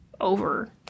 over